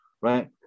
right